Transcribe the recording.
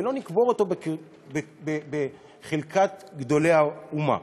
ולא נקבור אותו בחלקת גדולי האומה.